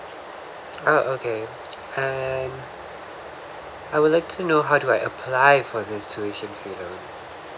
uh okay and I would like to know how do I apply for this tuition fee loan